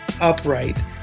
upright